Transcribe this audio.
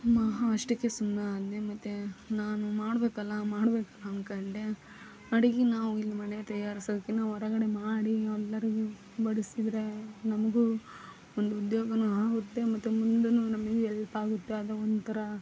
ಮಾ ಅಷ್ಟಕ್ಕೇ ಸುಮ್ಮನಾದೆ ಮತ್ತು ನಾನು ಮಾಡಬೇಕಲ್ಲ ಮಾಡಬೇಕಲ್ಲ ಅಂದ್ಕೊಂಡೆ ಅಡುಗೆ ನಾವು ಇಲ್ಲಿ ಮನೆಯಾಗ ತಯಾರ್ಸೋದ್ಕಿಂತ ಹೊರಗಡೆ ಮಾಡಿ ನಾವೆಲ್ಲರೂ ಬಡಿಸಿದರೆ ನಮಗೂ ಒಂದು ಉದ್ಯೋಗವೂ ಆಗುತ್ತೆ ಮತ್ತೆ ಮುಂದೇನು ನಮಗೆ ಎಲ್ಪಾಗುತ್ತೆ ಅದೇ ಒಂಥರ